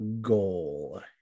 goal